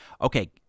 Okay